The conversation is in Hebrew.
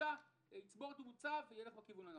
יצבור תאוצה וילך בכיוון הנכון.